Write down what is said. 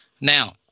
Now